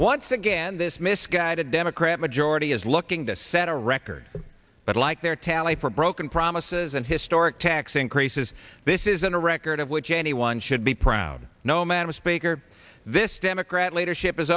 once again this misguided democrat majority is looking to set a record but like their tally for broken promises and historic tax increases this isn't a record of which anyone should be proud no madam speaker this democrat leadership is